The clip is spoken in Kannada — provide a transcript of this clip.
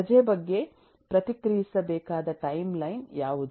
ರಜೆ ಬಗ್ಗೆ ಪ್ರತಿಕ್ರಿಯಿಸಬೇಕಾದ ಟೈಮ್ಲೈನ್ ಯಾವುದು